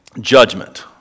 judgment